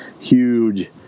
huge